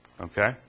okay